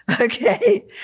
Okay